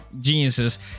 geniuses